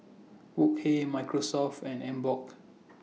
Wok Hey Microsoft and Emborg